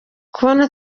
kubona